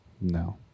No